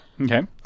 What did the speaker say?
Okay